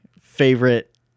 favorite